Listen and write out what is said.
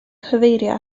cyfeirio